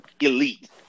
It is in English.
elite